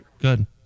Good